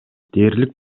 дээрлик